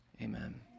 Amen